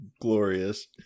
Glorious